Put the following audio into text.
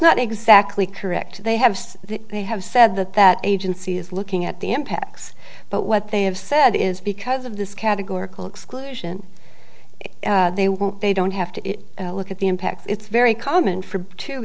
not exactly correct they have said that they have said that that agency is looking at the impacts but what they have said is because of this categorical exclusion they won't they don't have to look at the impact it's very common for two